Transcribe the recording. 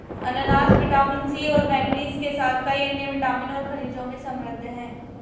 अनन्नास vitamin C और manganese के साथ कई अन्य विटामिन और खनिजों में समृद्ध हैं